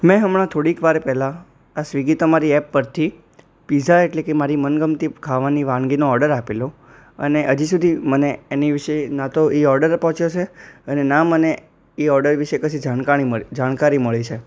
મેં હમણાં થોડીકવાર પહેલાં આ સ્વીગી તમારી એપ પરથી પીઝા એટલે કે મારી મનગમતી ખાવાની વાનગીનો ઓડર આપેલો અને હજી સુધી મને એની વિષે ન તો એ ઓર્ડર પહોંચ્યો છે અને ના મને એ ઓર્ડર વિશે કશી જાણકારી મળી છે